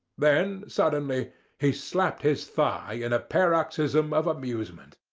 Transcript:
then suddenly he slapped his thigh in a paroxysm of amusement.